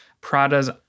Prada's